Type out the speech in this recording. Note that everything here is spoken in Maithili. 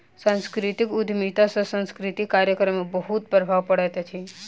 सांस्कृतिक उद्यमिता सॅ सांस्कृतिक कार्यक्रम में बहुत प्रभाव पड़ैत अछि